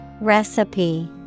Recipe